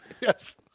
Yes